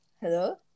Hello